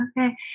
Okay